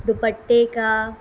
دوپٹے کا